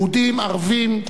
ערבים,